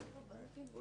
זה פה 900. זה לא